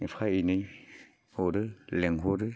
एफा एनै हरो लिंहरो